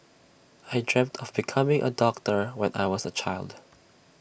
I dreamt of becoming A doctor when I was A child